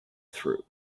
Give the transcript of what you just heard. through